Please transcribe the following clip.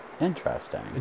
interesting